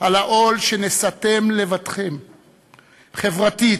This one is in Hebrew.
על העול שנשאתם לבדכם חברתית,